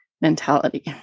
mentality